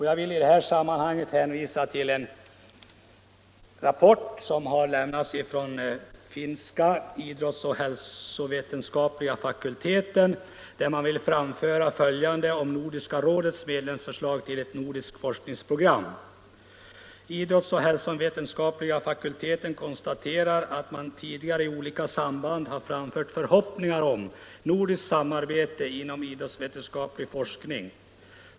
Jag vill i detta sammanhang hänvisa till en rapport från den finska idrottsoch hälsovetenskapliga fakulteten, som anför följande om Nordiska rådets medlemsförslag till ett nordiskt forskningsprogram: ”Idrottsoch hälsovetenskapliga fakulteten konstaterar, att man tidigare i olika samband har framfört förhoppningar om nordiskt samarbete inom idrottsvetenskaplig forskning.